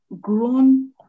grown